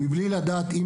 מבלי לדעת אם